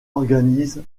organise